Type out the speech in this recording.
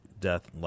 death